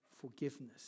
forgiveness